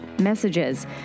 messages